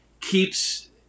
keeps